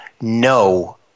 no